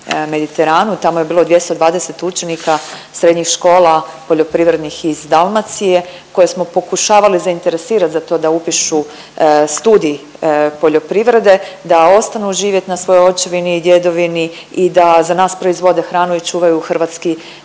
Tamo je bilo 220 učenika srednjih škola poljoprivrednih iz Dalmacije koje smo pokušavali zainteresirat za to da upišu studij poljoprivrede, da ostanu živjet na svojoj očevini i djedovini i da za nas proizvode hranu i čuvaju hrvatski prostor.